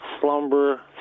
slumber